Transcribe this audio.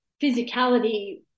physicality